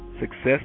Success